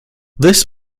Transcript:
this